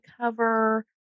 cover